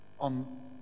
on